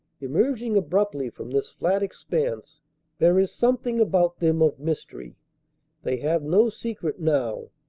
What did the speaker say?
emerging abruptly from this flat expanse there is something about them of mystery they have no secret now,